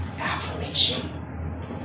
affirmation